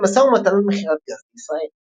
והתקיים משא ומתן על מכירת גז לישראל.